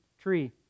tree